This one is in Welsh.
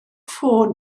ffôn